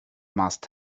must